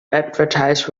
advertise